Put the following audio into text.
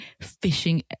fishing